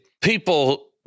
people